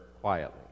quietly